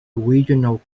regional